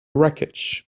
wreckage